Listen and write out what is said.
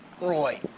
Roy